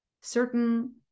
certain